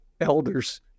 elders